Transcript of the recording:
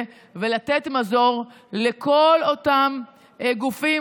ומגיעה ומדברת איתו מישהי שלא מכירה את השפה שלו,